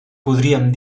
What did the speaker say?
podríem